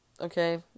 Okay